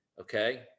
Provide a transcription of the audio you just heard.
Okay